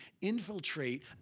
infiltrate